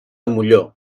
molló